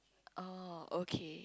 orh okay